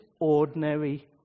ordinary